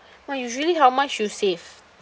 ma usually how much you save